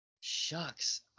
Shucks